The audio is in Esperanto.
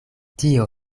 tio